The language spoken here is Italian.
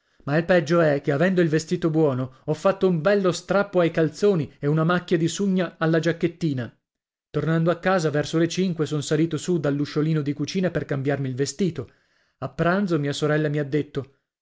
ma il peggio è che avendo il vestito buono ho fatto un bello strappo ai calzoni e una macchia di sugna alla giacchettina tornando a casa verso le cinque son salito su dall'usciolino di cucina per cambiarmi il vestito a pranzo mia sorella mi ha detto